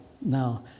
now